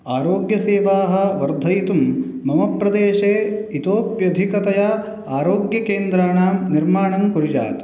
अरोग्यसेवाः वर्धयितुं मम प्रदेशे इतोप्यधिकतया अरोग्यकेन्दाणां निर्माणं कुर्यात्